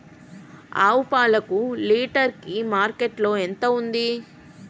ఆవు పాలకు లీటర్ కి మార్కెట్ లో ఎంత ఉంది?